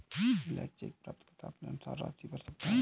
blank cheque प्राप्तकर्ता अपने अनुसार राशि भर सकता है